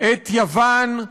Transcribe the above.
את יוון,